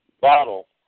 bottle